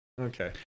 okay